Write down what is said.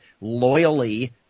loyally